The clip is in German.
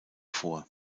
vor